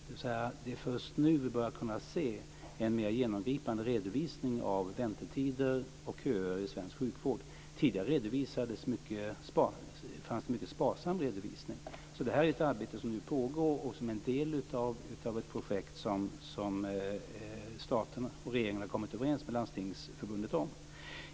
Det är alltså först nu som vi börjar kunna se en mer genomgripande redovisning av väntetider och köer i svensk sjukvård. Tidigare fanns det en mycket sparsam redovisning. Det här är ett arbete som nu pågår och som är en del av ett projekt som regeringen har kommit överens med Landstingsförbundet om.